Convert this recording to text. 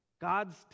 God's